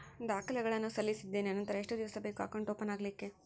ದಾಖಲೆಗಳನ್ನು ಸಲ್ಲಿಸಿದ್ದೇನೆ ನಂತರ ಎಷ್ಟು ದಿವಸ ಬೇಕು ಅಕೌಂಟ್ ಓಪನ್ ಆಗಲಿಕ್ಕೆ?